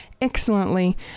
excellently